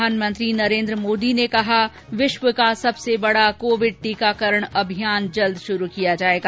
प्रधानमंत्री नरेन्द्र मोदी ने कहा विश्व का सबसे बड़ा कोविड़ टीकाकरण अभियान जल्द शुरू किया जायेगा